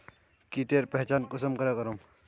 कीटेर पहचान कुंसम करे करूम?